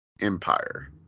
Empire